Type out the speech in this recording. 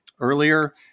Earlier